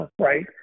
right